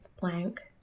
blank